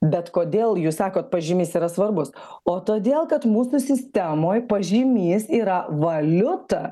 bet kodėl jūs sakote pažymys yra svarbus o todėl kad mūsų sistemoj pažymys yra valiuta